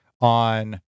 on